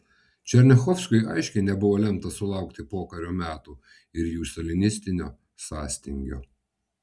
černiachovskiui aiškiai nebuvo lemta sulaukti pokario metų ir jų stalinistinio sąstingio